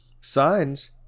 Signs